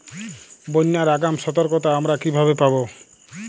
বন্যার আগাম সতর্কতা আমরা কিভাবে পাবো?